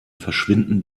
verschwinden